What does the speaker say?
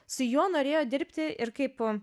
su juo norėjo dirbti ir kaip